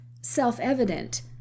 self-evident